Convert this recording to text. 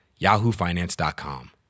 yahoofinance.com